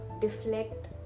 deflect